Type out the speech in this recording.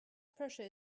pressure